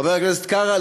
חבר הכנסת קרא,